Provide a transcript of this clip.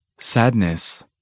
Sadness